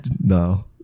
No